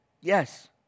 Yes